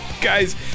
Guys